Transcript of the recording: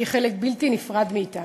שהיא חלק בלתי נפרד מאתנו.